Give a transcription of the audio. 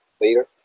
later